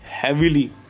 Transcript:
heavily